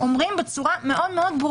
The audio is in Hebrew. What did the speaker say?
בוקר טוב לכולם.